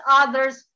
others